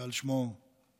שעל שמו בית"ר,